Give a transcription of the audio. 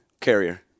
Carrier